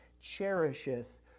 cherisheth